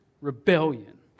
rebellion